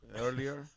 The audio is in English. earlier